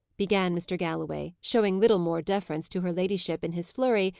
began mr. galloway, showing little more deference to her ladyship, in his flurry,